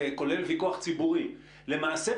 כולל ויכוח ציבורי למעשה,